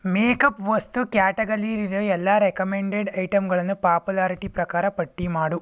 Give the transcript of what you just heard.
makeup ವಸ್ತು category ಇರೊ ಎಲ್ಲ ರೆಕಮೆಂಡೆಡ್ ಐಟಮ್ಗಳನ್ನು ಪಾಪ್ಯುಲಾರಿಟಿ ಪ್ರಕಾರ ಪಟ್ಟಿ ಮಾಡು